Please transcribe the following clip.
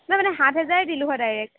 নহয় মানে সাত হেজাৰেই দিলোঁ হয় ডাইৰেক্ট